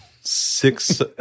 six